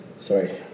Sorry